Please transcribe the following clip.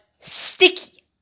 sticky